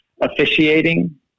officiating